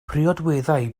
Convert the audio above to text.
priodweddau